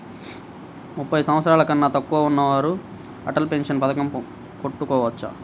ముప్పై సంవత్సరాలకన్నా తక్కువ ఉన్నవారు అటల్ పెన్షన్ పథకం కట్టుకోవచ్చా?